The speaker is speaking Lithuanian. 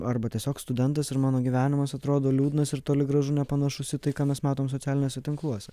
arba tiesiog studentas ir mano gyvenimas atrodo liūdnas ir toli gražu nepanašus į tai ką mes matom socialiniuose tinkluose